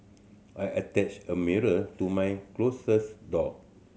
I attached a mirror to my closet door